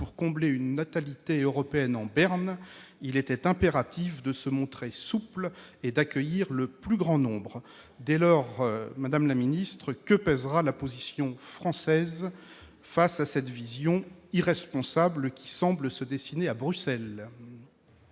pour combler une natalité européenne en berne, il était impératif de se montrer souples et d'accueillir le plus grand nombre. Dès lors, que pèsera la position française face à cette vision irresponsable qui semble se dessiner à Bruxelles ?